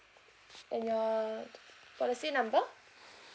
and your policy number